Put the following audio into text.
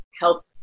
help